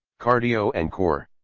cardio and core.